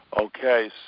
Okay